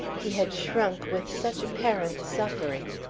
he had shrunk with such apparent suffering.